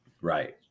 Right